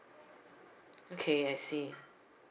okay I see